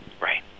Right